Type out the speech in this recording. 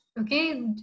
okay